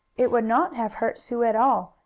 it would not have hurt sue at all,